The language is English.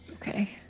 Okay